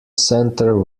center